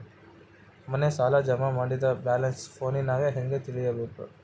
ಮನೆ ಸಾಲ ಜಮಾ ಮಾಡಿದ ಬ್ಯಾಲೆನ್ಸ್ ಫೋನಿನಾಗ ಹೆಂಗ ತಿಳೇಬೇಕು?